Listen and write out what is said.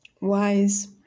wise